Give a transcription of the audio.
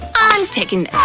i'm takin'